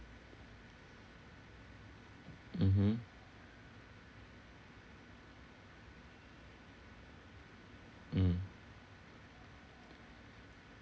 mmhmm mm